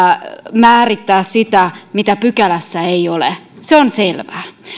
määrittää sitä mitä pykälässä ei ole se on selvää